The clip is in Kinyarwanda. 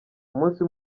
umunsi